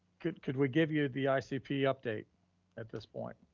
could could we give you the icp update at this point?